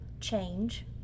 change